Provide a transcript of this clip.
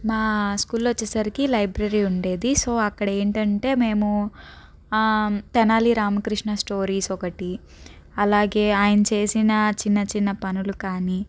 మా స్కూల్లో వచ్చేసరికి లైబ్రరీ ఉండేది సో అక్కడ ఏంటంటే మేము తెనాలి రామకృష్ణ స్టోరీస్ ఒకటి అలాగే ఆయన చేసిన చిన్న చిన్న పనులు కాని